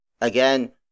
Again